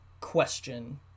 question